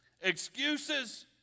excuses